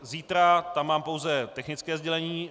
Zítra tam mám pouze technické sdělení.